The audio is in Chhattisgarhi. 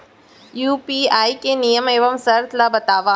यू.पी.आई के नियम एवं शर्त ला बतावव